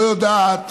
לא יודעת